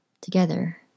together